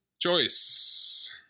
choice